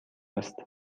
است